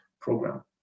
program